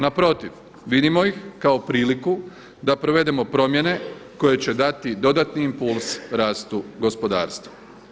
Naprotiv, vidimo ih kao priliku da provedemo promjene koje će dati dodatni impuls rastu gospodarstva.